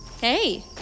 Hey